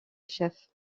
chefs